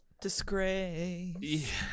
Disgrace